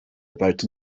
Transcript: about